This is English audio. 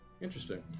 Interesting